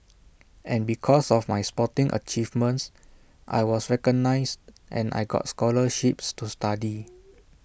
and because of my sporting achievements I was recognised and I got scholarships to study